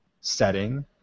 setting